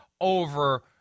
over